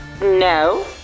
No